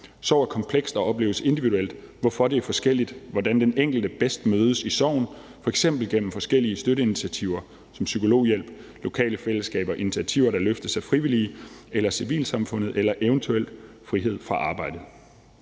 Sorg er kompleks og opleves individuelt, hvorfor det er forskeligt, hvordan den enkelte bedst mødes i sorgen, eksempelvis gennem forskellige støtteinitiativer som psykologhjælp, lokale fællesskaber, initiativer, der løftes af frivillige eller civilsamfundet, eller eventuelt frihed fra arbejdet.